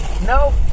No